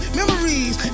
memories